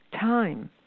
time